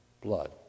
blood